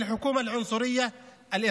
סמוטריץ' ובן